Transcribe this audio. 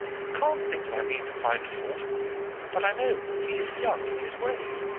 you can't think that i mean to find fault with him but i know that he is young in his ways.